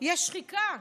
יש שחיקה,